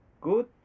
good